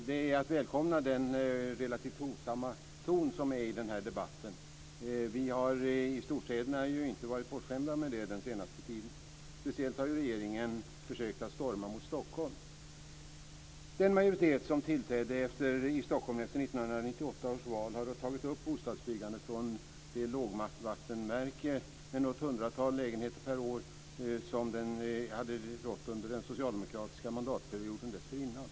Fru talman! Jag välkomnar den relativt hovsamma tonen i denna debatt. Vi har i storstäderna ju inte varit bortskämda med det under den senaste tiden. Speciellt har regeringen försökt storma mot Stockholm. 1998 års val har ökat bostadsbyggandet från det lågvattenmärke med något hundratal lägenheter per år som hade rått under den socialdemokratiska mandatperioden dessförinnan.